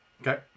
okay